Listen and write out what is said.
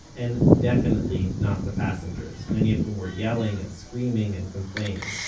and definitely not the passengers, many of whom were yelling and screaming and complaining.